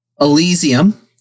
Elysium